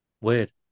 Weird